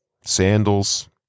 Sandals